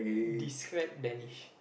describe Danish